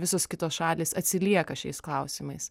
visos kitos šalys atsilieka šiais klausimais